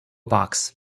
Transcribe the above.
box